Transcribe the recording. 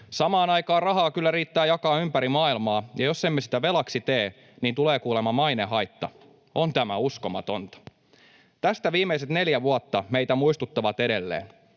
Samaan aikaan rahaa kyllä riittää jakaa ympäri maailmaa, ja jos emme sitä velaksi tee, tulee kuulemma mainehaitta. On tämä uskomatonta. Tästä viimeiset neljä vuotta meitä muistuttavat edelleen: